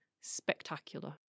spectacular